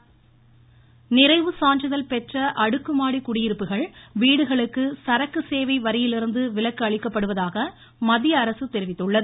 சரக்கு சேவை வரி நிறைவு சான்றிதழ் பெற்ற அடுக்குமாடி குடியிருப்புகள் வீடுகளுக்கு சரக்கு சேவை வரியிலிருந்து விலக்கு அளிக்கப்படுவதாக மத்திய அரசு தெரிவித்துள்ளது